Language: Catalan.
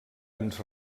ens